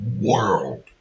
world